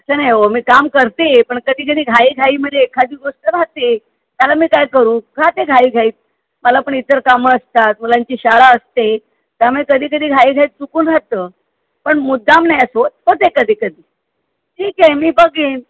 तसं नाही हो मी काम करते पण कधीकधी घाई घाईमध्ये एखादी गोष्ट राहते त्याला मी काय करू राहते घाई घाईत मला पण इतर कामं असतात मुलांची शाळा असते त्यामुळे कधीकधी घाई घाईत चुकून राहतं पण मुद्दाम नाही असं होत होते कधीकधी ठीक आहे मी बघेन